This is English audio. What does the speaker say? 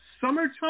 summertime